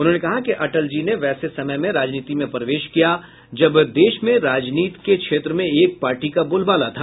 उन्होंने कहा कि अटल जी ने वैसे समय में राजनीति में प्रवेश किया जब देश में राजनीति के क्षेत्र में एक पार्टी का बोलबाला था